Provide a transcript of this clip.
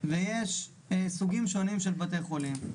ויש סוגים שונים של בתי חולים.